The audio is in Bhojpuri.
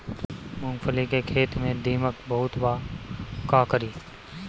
मूंगफली के खेत में दीमक बहुत बा का करी?